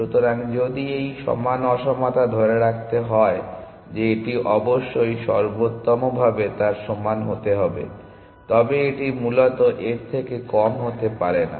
সুতরাং যদি এই সমান অসমতা ধরে রাখতে হয় যে এটি অবশ্যই সর্বোত্তমভাবে তার সমান হতে হবে তবে এটি মূলত এর থেকে কম হতে পারে না